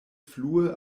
flue